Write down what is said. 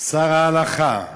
שר ההלכה,